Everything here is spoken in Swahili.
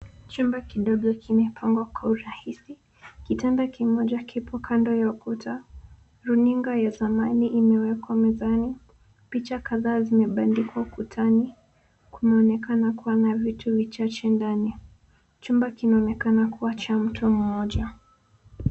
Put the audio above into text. Chumba kidogo kimepangwa kwa urahisi. Kitanda kimoja kipo kando ya ukuta. Runinga ya zamani imewekwa mezani. Picha kadhaa zimebandikwa kutani. Kunaonekana kuwa na vitu vichache ndani. Chumba kinaonekana kuwa cha mtu mmoja.